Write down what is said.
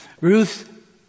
Ruth